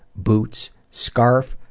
boots, scarf,